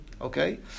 Okay